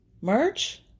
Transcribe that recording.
Merch